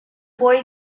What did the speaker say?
boy